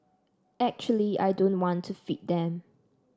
actually I don't want to feed them